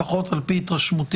לפחות על פי התרשמותי,